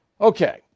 Okay